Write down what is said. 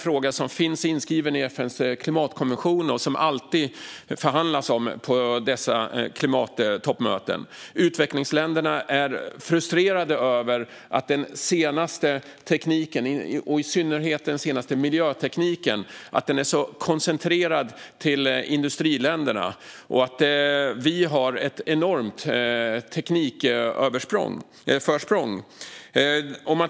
Frågan finns inskriven i FN:s klimatkonvention, och den finns alltid med i förhandlingarna vid dessa klimattoppmöten. Utvecklingsländerna är frustrerade över att den senaste tekniken, i synnerhet den senaste miljötekniken, är så koncentrerad till industriländerna. Vi har ett enormt teknikförsprång.